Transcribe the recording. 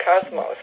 cosmos